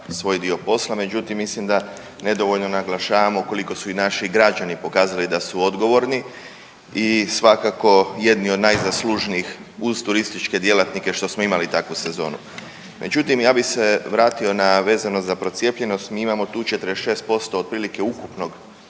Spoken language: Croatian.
svoj dio posla, međutim mislim da nedovoljno naglašavamo koliko su i naši građani pokazali da su odgovorni i svakako jedni od najzaslužniji uz turističke djelatnike što smo imali takvu sezonu. Međutim, ja bi se vratio na vezano za procijepljenost, mi imamo tu 46% otprilike ukupnog